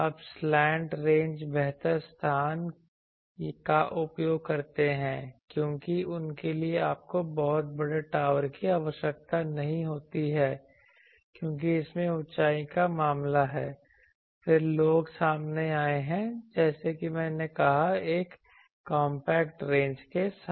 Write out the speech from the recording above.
अब slant range बेहतर स्थान का उपयोग करते हैं क्योंकि उनके लिए आपको बहुत बड़े टॉवर की आवश्यकता नहीं होती है क्योंकि इसमें ऊंचाई का मामला है फिर लोग सामने आए हैं जैसा कि मैंने कहा एक कॉम्पैक्ट रेंज के साथ